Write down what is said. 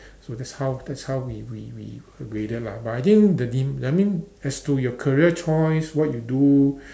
so that's how that's how we we we were graded lah but I think the dean I mean as to your career choice what you do